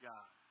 God